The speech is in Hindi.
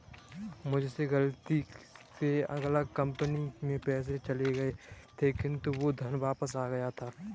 मुझसे गलती से अलग कंपनी में पैसे चले गए थे किन्तु वो धन वापिस आ गया था